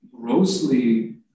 grossly